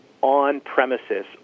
on-premises